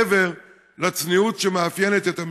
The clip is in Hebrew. מעבר לצניעות שמאפיינת את המשפחה.